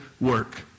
work